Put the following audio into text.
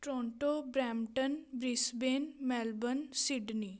Toronto Brampton Brisbane Melbourne Sydney